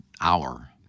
hour